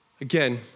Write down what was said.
Again